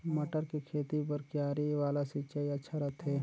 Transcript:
मटर के खेती बर क्यारी वाला सिंचाई अच्छा रथे?